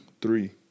three